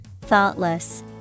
Thoughtless